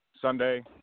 Sunday